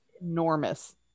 enormous